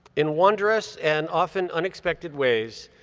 in wondrous and often unexpected ways,